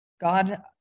God